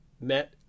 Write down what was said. met